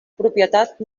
propietat